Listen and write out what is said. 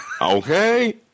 Okay